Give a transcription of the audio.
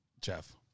Jeff